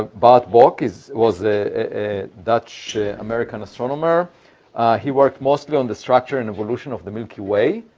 ah bart bok is, was, a dutch-american astronomer he worked mostly on the structure and evolution of the milky way.